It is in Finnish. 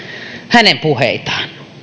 hänen puheitaan